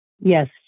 yes